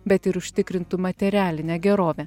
bet ir užtikrintų materialinę gerovę